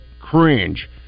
cringe